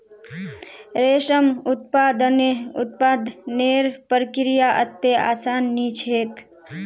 रेशम उत्पादनेर प्रक्रिया अत्ते आसान नी छेक